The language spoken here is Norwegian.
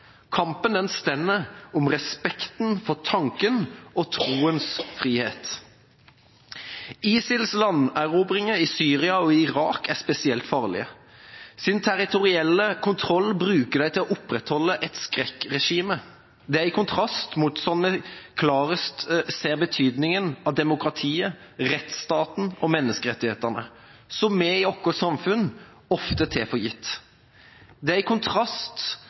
Kampen står om respekten for tankens og troens frihet. ISILs landerobringer i Syria og Irak er spesielt farlige. Sin territorielle kontroll bruker de til å opprette et skrekkregime. Det er i en slik kontrast en klarest ser betydningen av demokratiet, rettsstaten og menneskerettighetene – som vi i vårt samfunn ofte tar for gitt. Det er i kontrast